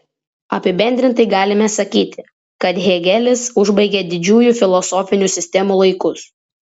apibendrintai galime sakyti kad hėgelis užbaigė didžiųjų filosofinių sistemų laikus